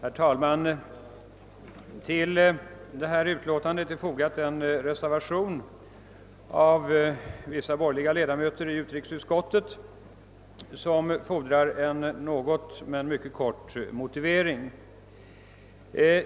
Herr talman! Till detta utlåtande har de borgerliga ledamöterna av utrikesutskottet fogat en reservation, som fordrar en kort motivering.